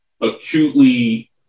acutely